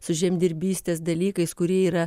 su žemdirbystės dalykais kurie yra